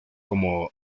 como